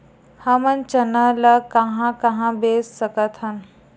हमन चना ल कहां कहा बेच सकथन?